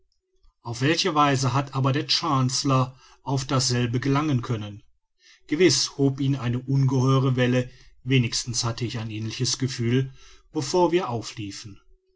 auf welche weise hat aber der chancellor auf dasselbe gelangen können gewiß hob ihn eine ungeheure welle wenigstens hatte ich ein ähnliches gefühl bevor wir aufliefen